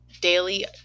daily